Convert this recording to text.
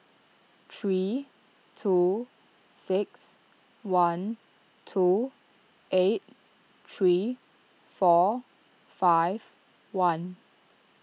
three two six one two eight three four five one